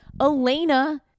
Elena